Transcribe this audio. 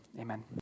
Amen